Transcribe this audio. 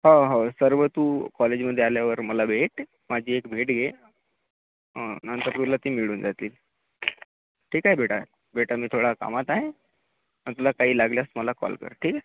हो हो सर्व तू कॉलेजमध्ये आल्यावर मला भेट माझी एक भेट घे हां नंतर तुला ती मिळून जातील ठीक आहे बेटा बेटा मी थोडा कामात आहे आणि तुला काही लागल्यास मला कॉल कर ठीक आहे